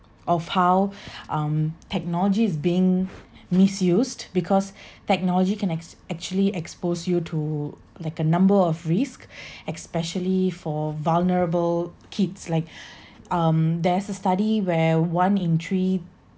of how um technology is being misused because technology can ex~ actually expose you to like a number of risk especially for vulnerable kids like um there's a study where one in three